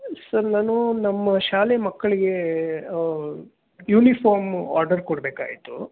sir ನಾನು ನಮ್ಮ ಶಾಲೆ ಮಕ್ಕಳಿಗೆ ಯೂನಿಫಾರ್ಮ್ ಆರ್ಡರ್ ಕೊಡಬೇಕಾಗಿತ್ತು